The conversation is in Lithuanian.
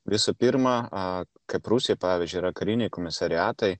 viso pirma a kad rusijoj pavyzdžiui yra kariniai komisariatai